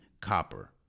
copper